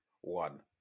one